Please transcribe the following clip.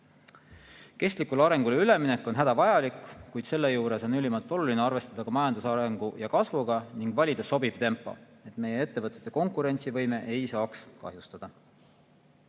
Kestlikule arengule üleminek on hädavajalik, kuid selle juures on ülimalt oluline arvestada ka majandusarengu ja ‑kasvuga ning valida sobiv tempo, et meie ettevõtete konkurentsivõime ei saaks kahjustada.